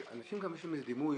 אנשים גם יש להם איזה דימוי